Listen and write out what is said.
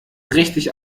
richtig